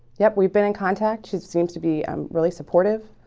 yep. we've been in contact. she seems to be really supportive